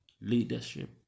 leadership